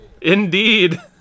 Indeed